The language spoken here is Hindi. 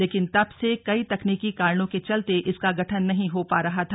लेकिन तब से कई तकनीकी कारणों के चलते इसका गठन नहीं हो पा रहा था